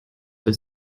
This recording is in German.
für